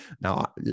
Now